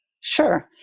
Sure